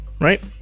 Right